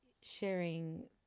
sharing